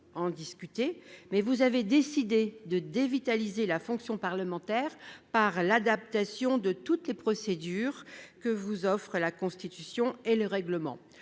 en discuter, mais vous avez décidé de dévitaliser la fonction parlementaire par l'addition de toutes les procédures que vous offrent la Constitution et le règlement.